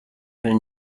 will